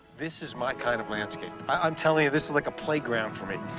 this is my kind of landscape. i'm telling you, this is like a playground for me.